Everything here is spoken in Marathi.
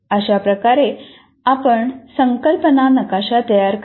अशा प्रकारे आपण संकल्पना नकाशा तयार करा